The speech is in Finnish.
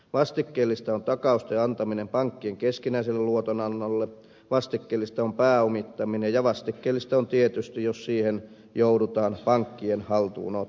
vastikkeellista on takausten antaminen pankkien keskinäiselle luotonannolle vastikkeellista on pääomittaminen ja vastikkeellista on tietysti jos siihen joudutaan pankkien haltuunotto